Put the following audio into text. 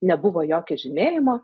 nebuvo jokio žymėjimo